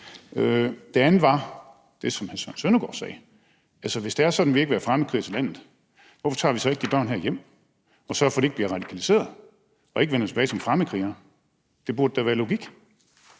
er det, som hr. Søren Søndergaard stillede, nemlig at hvis det er sådan, at vi ikke vil have fremmedkrigere til landet, hvorfor tager vi så ikke de børn hjem og sørger for, at de ikke bliver radikaliseret og ikke vender tilbage som fremmedkrigere? Det burde da være logik.